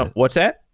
what's that?